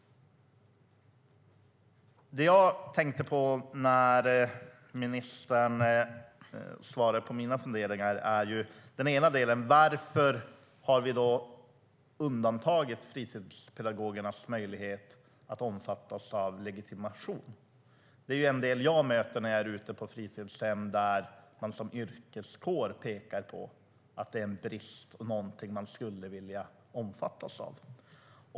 Det jag tänker på när ministern svarar på mina funderingar är bland annat: Varför har vi undantagit fritidspedagoger från möjligheten att omfattas av legitimation? Det är något som jag möter när jag är ute på fritidshem, där de som yrkeskår pekar på att detta är en brist och att det är något som de skulle vilja omfattas av.